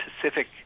Pacific